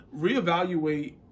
reevaluate